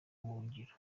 ubuhungiro